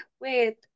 wait